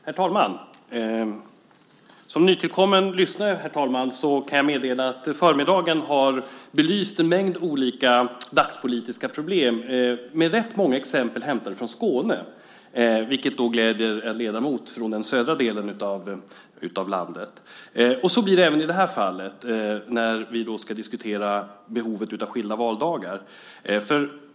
Herr talman! Som nytillkommen lyssnare kan jag meddela att förmiddagen har belyst en mängd olika dagspolitiska problem med rätt många exempel hämtade från Skåne, vilket gläder en ledamot från den södra delen av landet. Så blir det även i det här fallet när vi ska diskutera behovet av skilda valdagar.